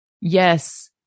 Yes